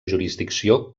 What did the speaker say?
jurisdicció